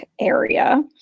area